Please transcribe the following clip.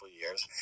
years